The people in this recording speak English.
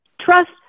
Trust